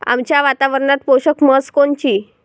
आमच्या वातावरनात पोषक म्हस कोनची?